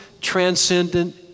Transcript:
transcendent